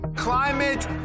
climate